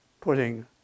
putting